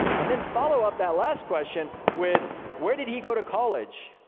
and then follow-up that last question with where did he go to college?